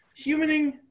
Humaning